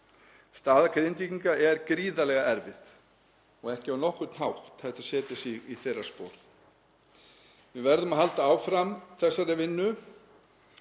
Staða Grindvíkinga er gríðarlega erfið og ekki á nokkurn hátt hægt að setja sig í þeirra spor. Við verðum að halda áfram þessari vinnu.